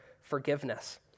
forgiveness